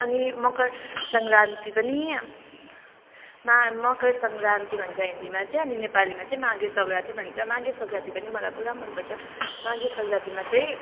अनि मकर सङ्क्रान्ति पनि मा मकर सङ्क्रान्ति भन्छ हिन्दीमा चाहिँ अनि नेपालीमा चाहिँ माघे सङ्क्रान्ति भन्छ माघे सङ्क्रान्ति पनि मलाई पुरा मनपर्छ माघे सङ्क्रान्तिमा चाहिँ